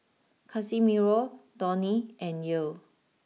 Casimiro Donny and Yael